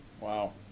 Wow